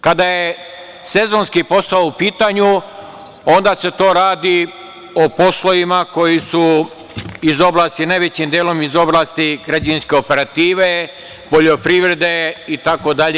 Kada je sezonski posao u pitanju, onda se to radi o poslovima koji su najvećim delom iz oblasti građevinske operative, poljoprivrede itd.